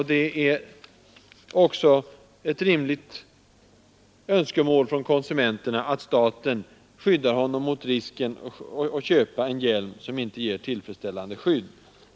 Det är också ett rimligt önskemål från konsumenten att staten skyddar honom mot risken att köpa en hjälm som inte ger tillfredsställande skydd.